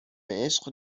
عشق